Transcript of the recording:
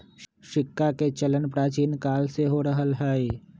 सिक्काके चलन प्राचीन काले से हो रहल हइ